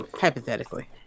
hypothetically